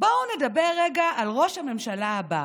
בואו נדבר רגע על ראש הממשלה הבא.